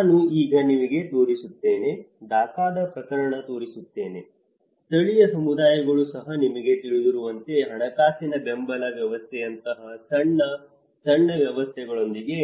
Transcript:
ನಾನು ಈಗ ನಿಮಗೆ ತೋರಿಸುತ್ತೇನೆ ಢಾಕಾದ ಪ್ರಕರಣ ತೋರಿಸುತ್ತೇನೆ ಸ್ಥಳೀಯ ಸಮುದಾಯಗಳು ಸಹ ನಿಮಗೆ ತಿಳಿದಿರುವಂತೆ ಹಣಕಾಸಿನ ಬೆಂಬಲ ವ್ಯವಸ್ಥೆಯಂತಹ ಸಣ್ಣ ಸಣ್ಣ ವ್ಯವಸ್ಥೆಗಳೊಂದಿಗೆ